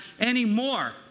anymore